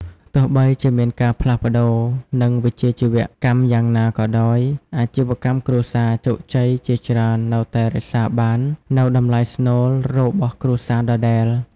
ទោះបីជាមានការផ្លាស់ប្តូរ និងវិជ្ជាជីវៈកម្មយ៉ាងណាក៏ដោយ អាជីវកម្មគ្រួសារជោគជ័យជាច្រើននៅតែរក្សាបាននូវតម្លៃស្នូលរបស់គ្រួសារដដែរ។